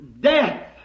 death